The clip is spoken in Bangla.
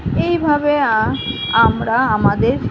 এইভাবে আমরা আমাদের